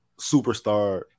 superstar